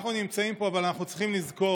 אנחנו נמצאים פה, אבל אנחנו צריכים לזכור